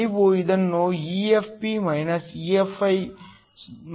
ನೀವು ಇದನ್ನು 0